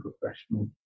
professional